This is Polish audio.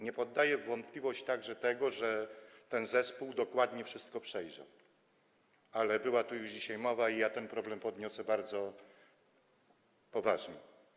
Nie podaję w wątpliwość także tego, że ten zespół dokładnie wszystko przejrzał, ale była tu już dzisiaj o tym mowa i ja ten problem podniosę bardzo poważnie.